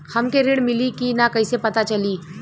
हमके ऋण मिली कि ना कैसे पता चली?